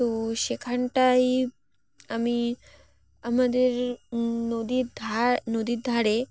তো সেখানটায় আমি আমাদের নদীর ধার নদীর ধারে